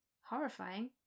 Horrifying